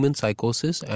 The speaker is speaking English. psychosis